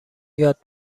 یاد